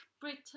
Britain